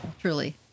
truly